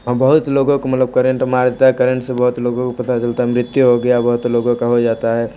और बहुत लोगों को मलब करेंट मार देता है करेंट से बहुत लोगों को पता चलता है मृत्यु हो गया बहुत लोगों का हो जाता है